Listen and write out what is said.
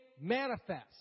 manifest